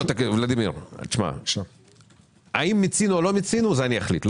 ולדימיר, האם מיצינו או לא מיצינו, אני אחליט.